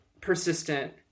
persistent